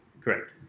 Correct